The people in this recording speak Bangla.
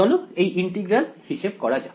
চলো এই ইন্টিগ্রাল হিসেব করা যাক